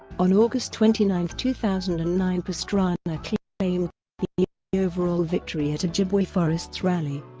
on august twenty nine, two thousand and nine pastrana claimed the overall victory at ojibwe forests rally,